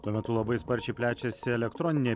tuo metu labai sparčiai plečiasi elektroninė